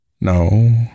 No